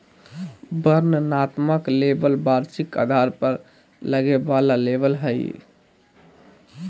वर्णनात्मक लेबल वार्षिक आधार पर लगे वाला लेबल हइ